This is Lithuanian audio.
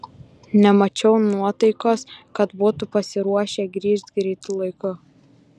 nemačiau nuotaikos kad būtų pasiruošę grįžt greitu laiku